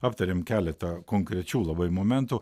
aptarėm keletą konkrečių labai momentų